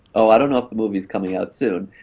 ah i don't know if a movie is coming out soon.